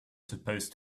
supposed